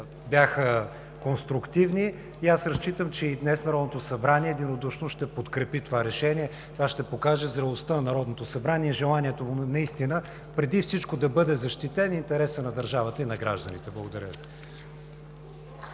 бяха конструктивни. Аз разчитам, че и днес Народното събрание единодушно ще подкрепи това решение. Това ще покаже зрелостта на Народното събрание и желанието му наистина преди всичко да бъде защитен интересът на държавата и на гражданите. Благодаря